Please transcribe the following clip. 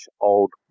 Old